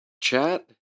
chat